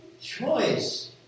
choice